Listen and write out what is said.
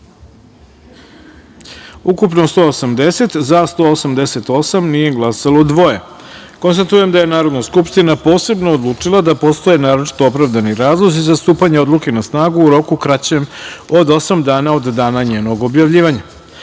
– dva narodna poslanika. Konstatujem da je Narodna skupština posebno odlučila da postoje naročito opravdani razlozi za stupanje odluke na snagu u roku kraćem od osam dana od dana njenog objavljivanja. Pošto